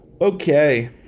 okay